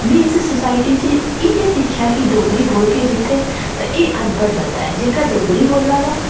में इस सोसाइटी च इ'यै सिक्खेआ कि डोगरी बोलगे जित्थै एह् अनपढ़ बंदा ऐ जेहका डोगरी बोल्लै दा